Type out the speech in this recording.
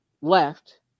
left